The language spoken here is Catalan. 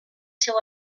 seu